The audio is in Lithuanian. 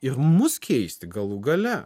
ir mus keisti galų gale